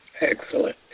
Excellent